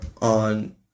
on